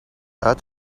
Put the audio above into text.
uit